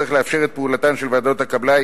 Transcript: צריך לאפשר את פעולתן של ועדות הקבלה,